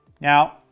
Now